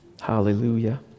Hallelujah